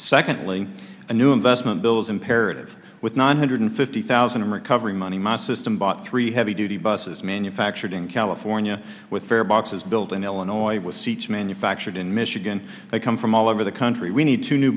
secondly a new investment bill is imperative with one hundred fifty thousand recovery money my system bought three heavy duty buses manufactured in california with fair boxes built in illinois with seats manufactured in michigan they come from all over the country we need two new